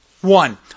One